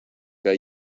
que